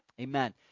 Amen